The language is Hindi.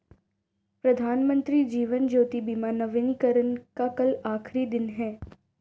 प्रधानमंत्री जीवन ज्योति बीमा नवीनीकरण का कल आखिरी दिन है